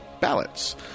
ballots